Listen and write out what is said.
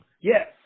Yes